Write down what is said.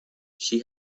she